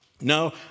No